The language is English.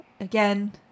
Again